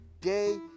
day